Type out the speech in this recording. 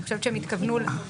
אני חושבת שהם התכוונו להגיד,